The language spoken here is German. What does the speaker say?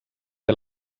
der